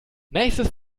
nächstes